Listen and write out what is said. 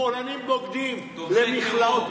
שמאלנים בוגדים, למכלאות.